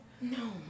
No